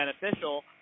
beneficial